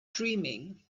dreaming